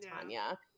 tanya